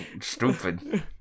Stupid